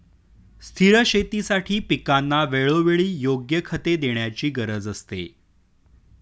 स्थिर शेतीसाठी पिकांना वेळोवेळी योग्य खते देण्याची गरज असते